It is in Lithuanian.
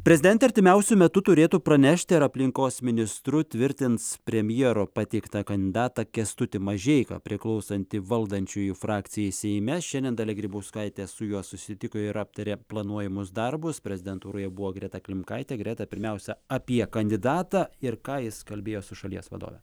prezidentė artimiausiu metu turėtų pranešti ar aplinkos ministru tvirtins premjero pateiktą kandidatą kęstutį mažeiką priklausanti valdančiųjų frakcijai seime šiandien dalia grybauskaitė su juo susitiko ir aptarė planuojamus darbus prezidentūroje buvo greta klimkaitė greta pirmiausia apie kandidatą ir ką jis kalbėjo su šalies vadove